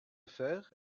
faire